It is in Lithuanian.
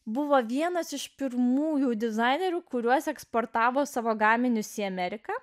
buvo vienas iš pirmųjų dizainerių kuriuos eksportavo savo gaminius į ameriką